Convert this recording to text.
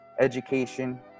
education